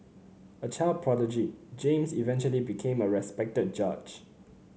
a child prodigy James eventually became a respected judge